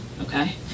okay